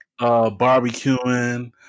barbecuing